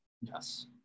yes